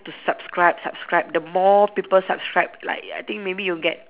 subscribe subscribe the more people subscribe like ya I think maybe you get